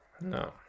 no